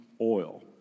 oil